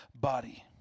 body